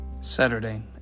Saturday